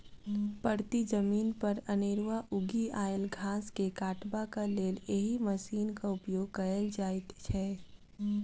परती जमीन पर अनेरूआ उगि आयल घास के काटबाक लेल एहि मशीनक उपयोग कयल जाइत छै